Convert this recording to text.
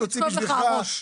כואב לך הראש.